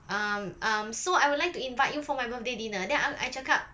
um um so I would like to invite you for my birthday dinner then I'm I cakap